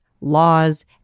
laws